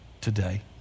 today